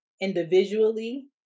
individually